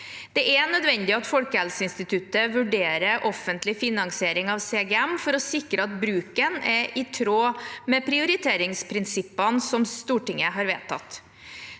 Det er nødvendig at Folkehelseinstituttet vurderer offentlig finansiering av CGM for å sikre at bruken er i tråd med prioriteringsprinsippene Stortinget har vedtatt.